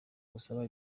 gusaba